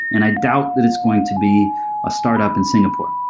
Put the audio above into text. and i doubt that it's going to be a startup in singapore.